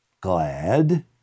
glad